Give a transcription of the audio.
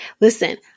Listen